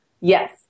Yes